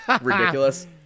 ridiculous